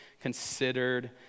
considered